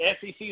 SEC